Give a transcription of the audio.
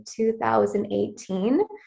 2018